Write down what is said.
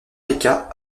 rica